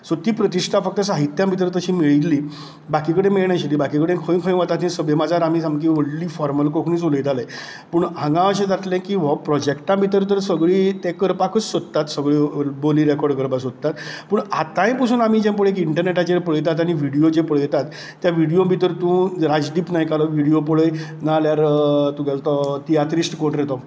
so ती प्रतिश्ठा फक्त साहित्यां भितर तशी मेळिल्ली बाकी कडेन मेळनाशिल्ली बाकी कडेन खंय खंय वता ती सभेमाजार आमी सामकी व्हडली फाॅर्मल कोंकणीच उलयताले पूण हांगां अशें जातलें की हो प्रोजेक्टा भितर जर सगळीं तें करपाकूच सोदतात सगळ्यो बोली रेकाॅर्ड करपाक सोदता पूण आतांय पसून जें आमी इंटरनेटाचेर पळयतात आनी व्हिडयो जे पळयतात त्या व्हिडयो भितर तूं राजदीप नायकालो व्हिडयो पळय नाजाल्यार तुगेलो तो तियात्रीस्ट कोण रे तो